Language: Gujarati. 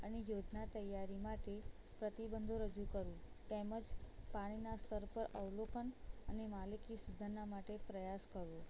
અને યોજના તૈયારી માટે પ્રતિબંધો રજૂ કરું તેમજ પાણીના સ્તર પર અવલોપન અને માલિકી સુધારના માટે પ્રયાસ કરું